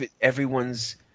Everyone's